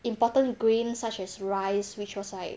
important grains such as rice which was like